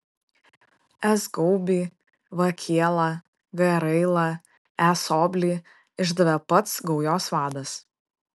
s gaubį v kielą g railą e soblį išdavė pats gaujos vadas